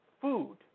food